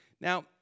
Now